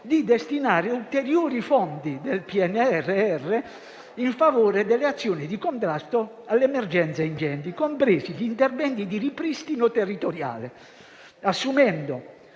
di destinare ulteriori fondi del PNRR in favore delle azioni di contrasto alle emergenze incendi, compresi gli interventi di ripristino territoriale, assumendo